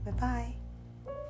Bye-bye